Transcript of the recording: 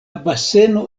baseno